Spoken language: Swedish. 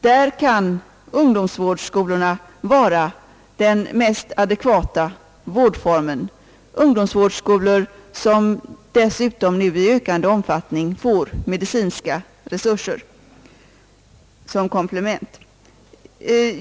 Där kan ungdomsvårdsskolorna vara den mest adekvata vårdformen, ungdomsvårdsskolor som dessutom nu i ökande omfattning får medicinska resurser som komplement.